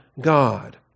God